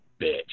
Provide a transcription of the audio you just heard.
bitch